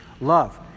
love